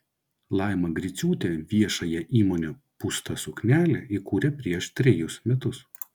laima griciūtė viešąją įmonę pūsta suknelė įkūrė prieš trejus metus